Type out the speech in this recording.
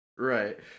Right